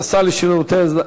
אדוני השר לשירותי דת,